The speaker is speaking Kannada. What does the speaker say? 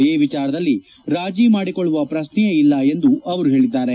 ಈ ವಿಚಾರದಲ್ಲಿ ರಾಜೀ ಮಾಡಿಕೊಳ್ಳುವ ಪ್ರಶ್ನೆಯೇ ಇಲ್ಲ ಎಂದಿದ್ದಾರೆ